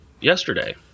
yesterday